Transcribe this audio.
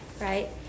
right